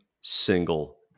single